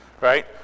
right